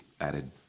added